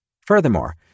Furthermore